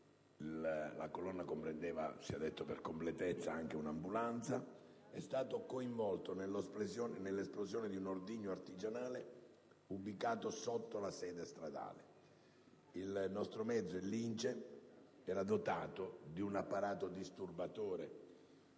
colonna che, sia detto per completezza, comprendeva anche un'ambulanza, è stato coinvolto nell'esplosione di un ordigno artigianale ubicato sotto la sede stradale. Il nostro mezzo, il Lince, era dotato di un apparato disturbatore